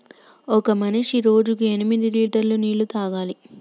ఒక మనిషి రోజుకి ఎనిమిది లీటర్ల నీళ్లు తాగాలి